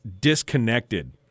disconnected